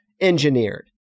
engineered